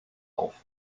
auf